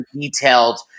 detailed